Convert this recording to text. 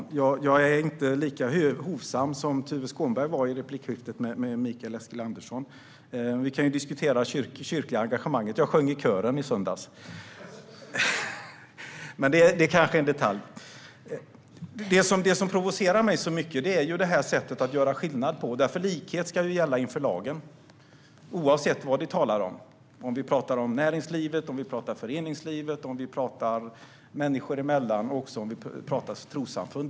Herr talman! Jag är inte lika hovsam som Tuve Skånberg var i replikskiftet med Mikael Eskilandersson. Vi kan diskutera det kyrkliga engagemanget. Jag sjöng i kören i söndags. Men det är kanske en detalj. Det som provocerar mig så mycket är detta sätt att göra skillnad. Likhet ska nämligen gälla inför lagen, oavsett vad vi talar om. Det kan gälla om vi talar om näringslivet, om vi talar om föreningslivet, om vi talar människor emellan och om vi talar om trossamfund.